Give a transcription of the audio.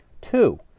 Two